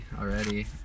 already